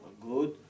good